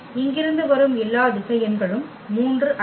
இங்கிருந்து வரும் எல்லா திசையென்களும் 3 அல்ல